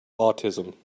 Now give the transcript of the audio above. autism